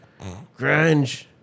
grunge